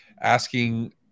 asking